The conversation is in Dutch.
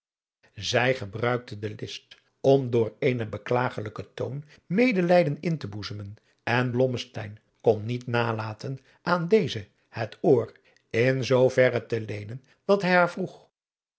zij gebruikte de list om door eenen beklagelijken toon medelijden in te boezemen en blommesteyn kon niet nalaten aan deze het oor in zoo verre te leenen dat hij haar vroeg